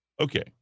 Okay